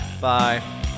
Bye